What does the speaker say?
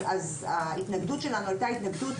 ההתנגדות שלנו הייתה התנגדות